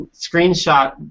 screenshot